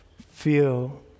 feel